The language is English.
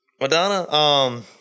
Madonna